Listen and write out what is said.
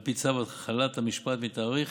על פי צו החלת המשפט מתאריך